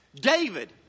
David